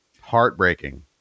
heartbreaking